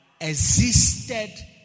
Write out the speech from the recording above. existed